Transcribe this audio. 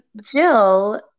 Jill